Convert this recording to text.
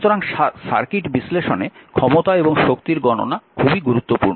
সুতরাং সার্কিট বিশ্লেষণে ক্ষমতা এবং শক্তির গণনা খুবই গুরুত্বপূর্ণ